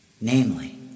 Namely